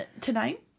Tonight